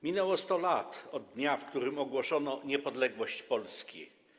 Minęło 100 lat od dnia, w którym ogłoszono niepodległość Polski.